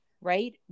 right